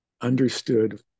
understood